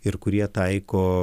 ir kurie taiko